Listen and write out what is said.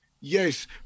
Yes